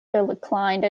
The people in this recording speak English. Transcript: declined